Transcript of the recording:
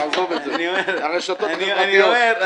הרשתות סוערות.